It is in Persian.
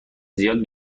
زیاد